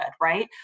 right